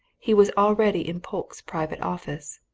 he was already in polke's private office,